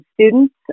students